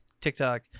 tiktok